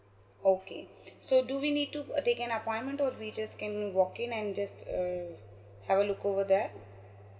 okay so do we need to uh take an appointment or we just can walk in and just uh have a look over there